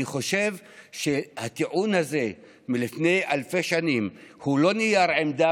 אני חושב שהטיעון הזה של לפני אלפי שנים הוא לא נייר עמדה